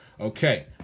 Okay